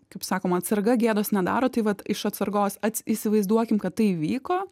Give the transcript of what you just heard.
kaip sakoma atsarga gėdos nedaro tai vat iš atsargos ats įsivaizduokim kad tai įvyko